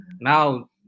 Now